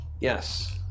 Yes